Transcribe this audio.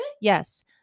yes